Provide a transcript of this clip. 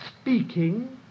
speaking